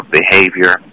behavior